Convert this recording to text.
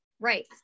Right